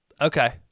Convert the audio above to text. Okay